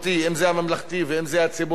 אם הממלכתי ואם הציבורי,